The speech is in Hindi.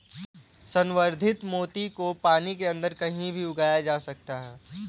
संवर्धित मोती को पानी के अंदर कहीं भी उगाया जा सकता है